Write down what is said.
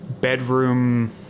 bedroom